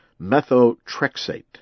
methotrexate